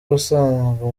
ubusanzwe